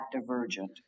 divergent